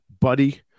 Buddy